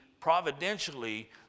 providentially